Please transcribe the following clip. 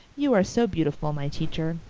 you are so beautiful, my teacher.